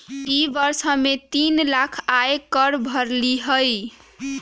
ई वर्ष हम्मे तीन लाख आय कर भरली हई